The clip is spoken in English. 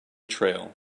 trail